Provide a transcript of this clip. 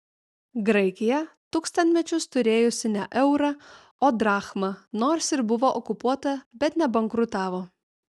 graikija tūkstantmečius turėjusi ne eurą o drachmą nors ir buvo okupuota bet nebankrutavo